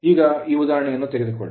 ಈಗ ಈ ಉದಾಹರಣೆಯನ್ನು ತೆಗೆದುಕೊಳ್ಳಿ